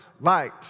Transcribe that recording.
light